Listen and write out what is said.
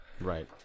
Right